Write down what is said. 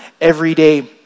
everyday